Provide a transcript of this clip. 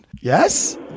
Yes